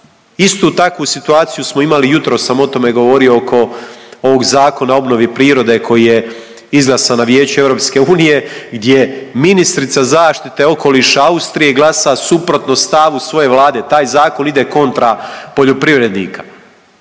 Istu takvu situaciju smo imali, jutros sam o tome govorio, oko ovog Zakona o obnovi prirode koji je izglasan na Vijeću EU gdje ministrica zaštite okoliša Austrije glasa suprotno stavu svoje Vlade. Taj zakon ide kontra poljoprivrednika,